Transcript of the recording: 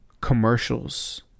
commercials